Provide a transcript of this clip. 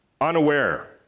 unaware